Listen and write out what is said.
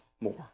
more